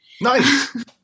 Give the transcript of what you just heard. Nice